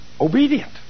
Obedient